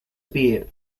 bait